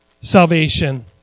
salvation